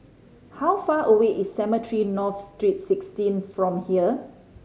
how far away is Cemetry North Street Sixteen from here